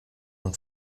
nun